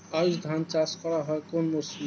আউশ ধান চাষ করা হয় কোন মরশুমে?